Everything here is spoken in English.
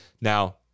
Now